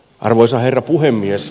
arvoisa herra puhemies